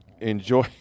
Enjoy